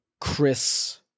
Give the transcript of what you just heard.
Chris